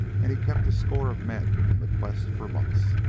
and he kept a score of men in the quest for months.